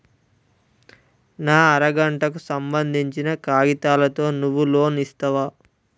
నా అర గంటకు సంబందించిన కాగితాలతో నువ్వు లోన్ ఇస్తవా?